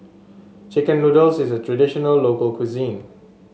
chicken noodles is a traditional local cuisine